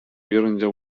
uyarınca